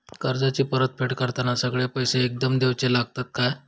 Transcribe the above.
कर्जाची परत फेड करताना सगळे पैसे एकदम देवचे लागतत काय?